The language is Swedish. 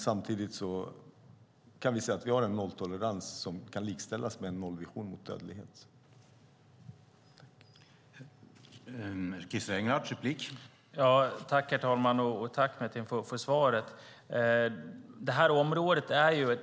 Samtidigt kan vi säga att vi har en nolltolerans som kan likställas med en nollvision mot narkotikarelaterad dödlighet.